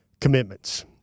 commitments